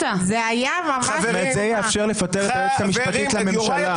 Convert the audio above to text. זה יאפשר לפטר את היועצת המשפטית לממשלה.